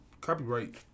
copyright